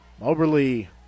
Moberly